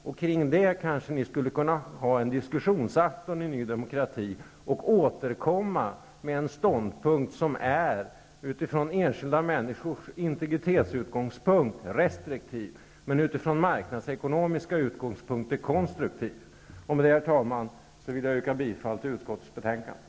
Ni i Ny demokrati skulle kanske kunna ha en diskussionsafton kring detta och sedan återkomma med en ståndpunkt som utifrån enskilda människors integritet är restriktiv, men som är konstruktiv utifrån marknadsekonomiska synpunkter. Herr talman! Med det anförda vill jag yrka bifall till hemställan i utskottets betänkande.